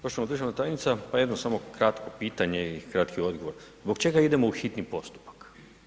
Poštovana državna tajnice, pa evo samo kratko pitanje i kratki odgovor, zbog čega idemo u hitni postupak?